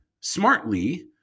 smartly